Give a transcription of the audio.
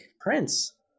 Prince